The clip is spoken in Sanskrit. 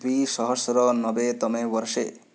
द्विसहस्रनवेतमे वर्षे